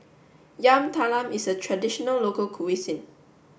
Yam Talam is a traditional local cuisine